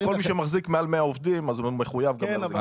וכל מי שמחזיק מעל 100 עובדים הוא גם מחויב להחזיק.